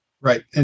Right